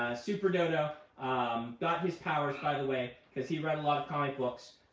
super dodo um got his powers, by the way, because he read a lot of comic books.